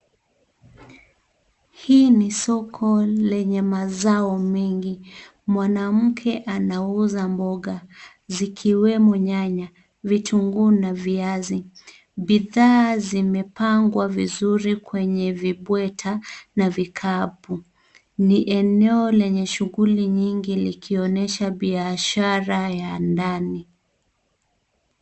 Hii ni soko lenye mazao mengi. Mwanamke anauza mboga zikiwemo nyanya, vitunguu na viazi. Bidhaa zimepangwa vizuri kwenye vibweta na vikapu. Ni eneo lenye shughuli nyingi ikionyesha biashara ya ndani.